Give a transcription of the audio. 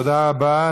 תודה רבה.